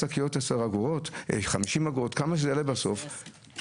למה שאנשים לא יקבלו חזרה כסף עבור השקיות שמביאים?